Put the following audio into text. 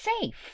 safe